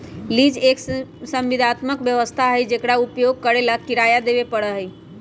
lease एक संविदात्मक व्यवस्था हई जेकरा उपयोग करे ला किराया देवे पड़ा हई